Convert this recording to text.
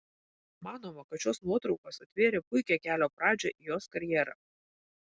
manoma kad šios nuotraukos atvėrė puikią kelio pradžią į jos karjerą